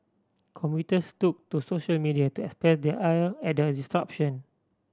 commuters took to social media to express their ire at the disruption